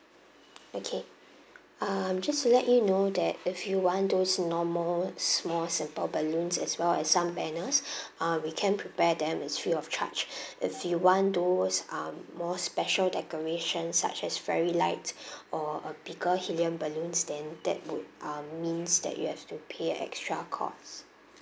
okay um just to let you know that if you want those normal small simple balloons as well as some banners ah we can prepare them it's free of charge if you want those um more special decoration such as very light or a bigger helium balloon then that would um means that you have to pay extra cost